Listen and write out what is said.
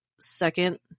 second